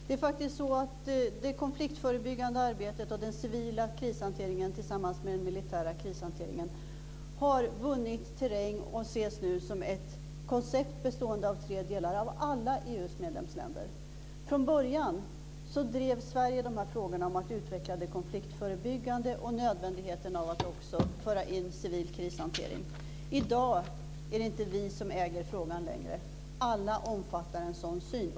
Det är faktiskt så att det konfliktförebyggande arbetet och den civila krishanteringen tillsammans med den militära krishanteringen har vunnit terräng och ses nu som ett koncept bestående av tre delar av alla Från början drev Sverige frågorna om att utveckla det konfliktförebyggande och nödvändigheten av att också föra in civil krishantering. I dag är det inte vi som äger frågan längre. Alla omfattar en sådan syn.